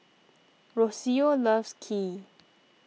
Rocio loves Kheer